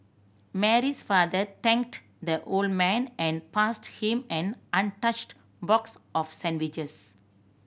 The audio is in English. Mary's father thanked the old man and passed him an untouched box of sandwiches